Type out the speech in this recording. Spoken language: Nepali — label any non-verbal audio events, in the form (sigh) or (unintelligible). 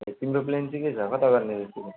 ए तिम्रो प्लान चाहिँ के छ कता गर्ने हो (unintelligible)